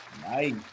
Nice